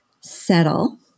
settle